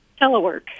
Telework